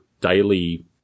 daily